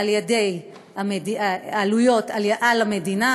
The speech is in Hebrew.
העלויות על המדינה.